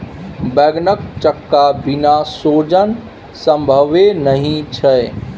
बैंगनक चक्का बिना सोजन संभवे नहि छै